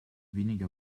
weniger